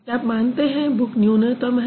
क्या आप मानते हैं बुक न्यूनतम है